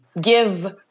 give